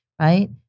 right